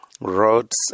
roads